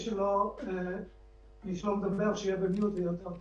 שאני יכול להגיד את זה על דעת כל חברי הוועדה מכל סיעות הבית שהדרך